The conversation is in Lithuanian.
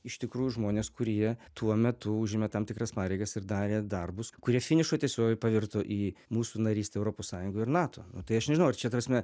iš tikrųjų žmonės kurie tuo metu užėmė tam tikras pareigas ir darė darbus kurie finišo tiesiojoj pavirto į mūsų narystę europos sąjungoj ir nato nu tai aš nežinau ar čia ta prasme